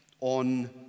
on